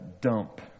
dump